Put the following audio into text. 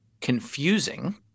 confusing